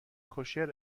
کوشر